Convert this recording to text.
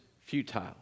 futile